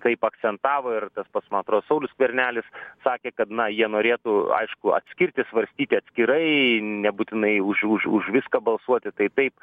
kaip akcentavo ir tas pats man atro saulius skvernelis sakė kad na jie norėtų aišku atskirti svarstyti atskirai nebūtinai už už už viską balsuoti tai taip